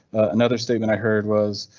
another statement i heard was.